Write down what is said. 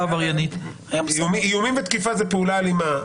עבריינית --- איומים ותקיפה זה פעולה אלימה.